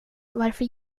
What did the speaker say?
varför